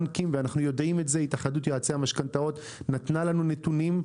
התאחדות יועצי המשכנתאות נתנה לנו נתונים,